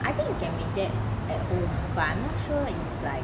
I think you can make that home but I'm not sure if like